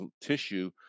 tissue